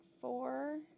four